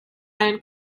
and